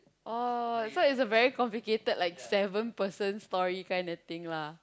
oh so it's a very complicated like seven person story kind of thing lah